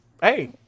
hey